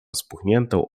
spuchniętą